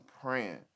praying